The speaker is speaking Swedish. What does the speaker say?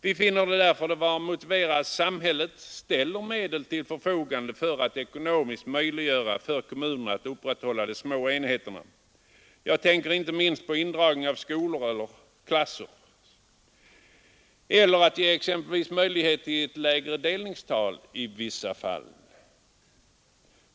Vi finner det därför vara motiverat att samhället ställer medel till förfogande för att ekonomiskt möjliggöra för kommunerna att upprätthålla de små enheterna — jag tänker inte minst på indragning av skolor eller klasser — eller att ge exempelvis möjlighet till ett lägre delningstal i vissa fall.